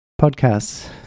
podcasts